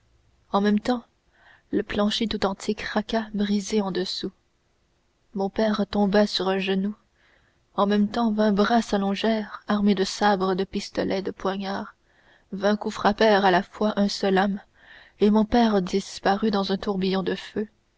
en même temps le plancher tout entier craqua brisé en dessous mon père tomba sur un genou en même temps vingt bras s'allongèrent armés de sabres de pistolets de poignards vingt coups frappèrent à la fois un seul homme et mon père disparut dans un tourbillon de feu